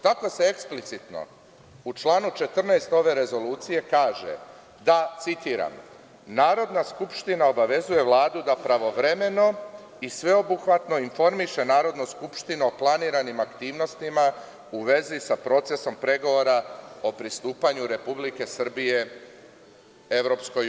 Tako se eksplicitno u članu 14. ove rezolucije kaže, citiram: „Narodna skupština obavezuje Vladu da pravovremeno i sveobuhvatno informiše Narodnu skupštinu o planiranim aktivnostima u vezi sa procesom pregovora o pristupanju Republike Srbije EU“